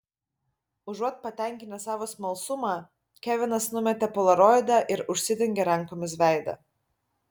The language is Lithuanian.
užuot patenkinęs savo smalsumą kevinas numetė polaroidą ir užsidengė rankomis veidą